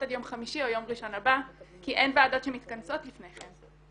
עד יום חמישי או יום ראשון כי אין ועדות שמתכנסות לפני כן.